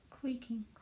creaking